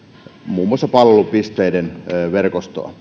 muun muassa palvelupisteiden verkostoa